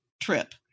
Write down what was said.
trip